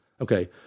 Okay